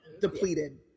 Depleted